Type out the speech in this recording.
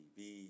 TV